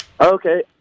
Okay